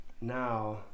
Now